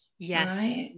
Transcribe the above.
Yes